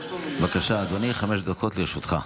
בבקשה, אדוני, חמש דקות לרשותך.